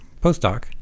postdoc